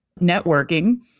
networking